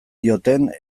dioten